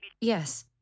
Yes